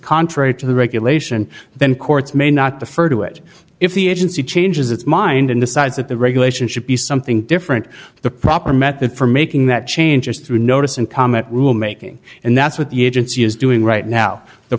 contrary to the regulation then courts may not the st to it if the agency changes its mind and decides that the regulation should be something different the proper method for making that change is through notice and comment rule making and that's what the agency is doing right now the